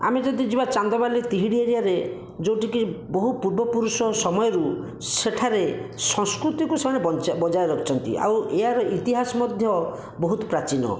ଆମେ ଯଦି ଯିବା ଚାନ୍ଦବାଲି ତିହିଡ଼ି ଏରିଆରେ ଯେଉଁଠିକି ବହୁ ପୂର୍ବ ପୁରୁଷ ସମୟରୁ ସେଠାରେ ସଂସ୍କୃତିକୁ ସେମାନେ ବଞ୍ଚା ବଜାୟ ରଖିଛନ୍ତି ଆଉ ଏହାର ଇତିହାସ ମଧ୍ୟ ବହୁତ ପ୍ରାଚୀନ